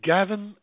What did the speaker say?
Gavin